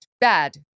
bad